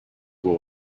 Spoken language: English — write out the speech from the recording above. will